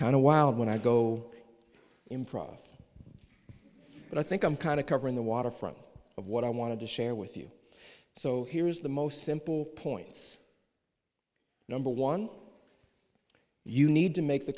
kind of wild when i go improv but i think i'm kind of covering the waterfront of what i want to share with you so here's the most simple points number one you need to make the